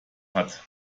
hat